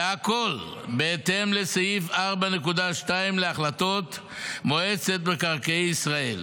והכול בהתאם לסעיף 4.2 להחלטות מועצת מקרקעי ישראל.